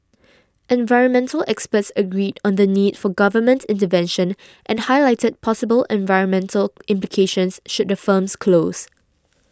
environmental experts agreed on the need for government intervention and highlighted possible environmental implications should the firms close